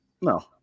No